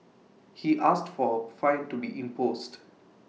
he asked for A fine to be imposed